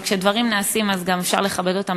אבל כשדברים נעשים אז גם אפשר לכבד אותם